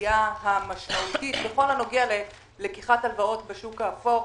העלייה המשמעותית בכל הנוגע ללקיחת הלוואות בשוק האפור.